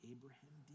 Abraham